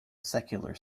secular